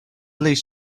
least